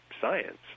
science